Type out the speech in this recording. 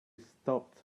stopped